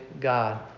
God